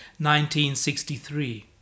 1963